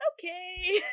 okay